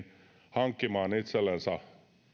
hankkimaan itsellensä